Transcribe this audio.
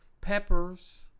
peppers